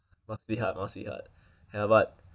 must be hard must be hard ya but